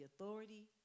authority